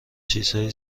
چیزهای